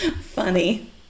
funny